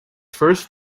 first